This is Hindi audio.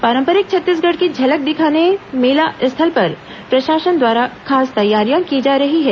पारंपरिक छत्तीसगढ़ की झलक दिखाने मेला स्थल पर प्रशासन द्वारा खास तैयारियां की जा रही हैं